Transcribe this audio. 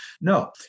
No